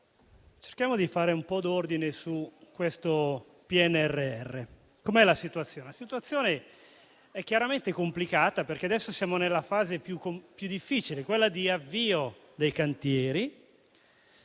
Cerchiamo di fare un po' di ordine su questo PNRR. La situazione chiaramente complicata perché siamo nella fase più difficile, quella di avvio dei cantieri,